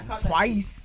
twice